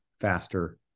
faster